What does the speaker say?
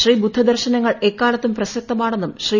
ശ്രീബുദ്ധ ദർശനങ്ങൾ എക്കാലത്തും പ്രസക്തമാണെന്നും ശ്രീ